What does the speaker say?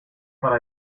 para